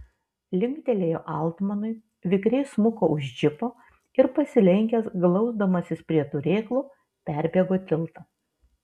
linktelėjo altmanui vikriai smuko už džipo ir pasilenkęs glausdamasis prie turėklų perbėgo tiltą